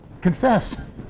confess